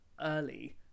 early